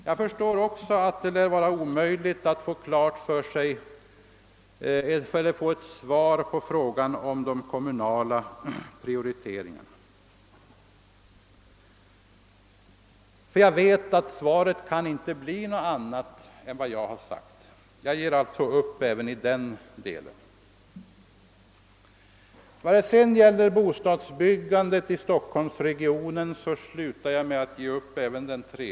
Jag förstår också att det lär vara omöjligt att få ett svar på frågan om de kommunala prioriteringarna. Jag vet att svaret inte kan bli något annat än det jag har sagt. Jag ger alltså upp även i den delen. : Vad sedan gäller bostadsbyggandet i Storstockholmsregionen slutar jag med att ge upp även i fråga om detta herr.